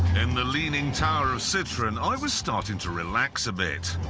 in the leaning tower of citroen, i was starting to relax a bit.